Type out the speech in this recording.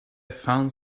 found